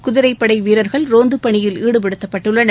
குதிரைப்படைவீரர்கள் ரோந்தபணியில் ஈடுபடுத்தப்பட்டுள்ளனர்